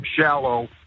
shallow